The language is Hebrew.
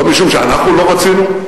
לא משום שאנחנו לא רצינו,